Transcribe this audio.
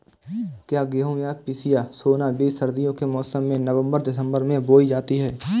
क्या गेहूँ या पिसिया सोना बीज सर्दियों के मौसम में नवम्बर दिसम्बर में बोई जाती है?